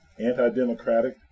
anti-democratic